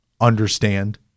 understand